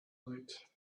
night